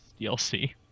DLC